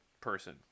person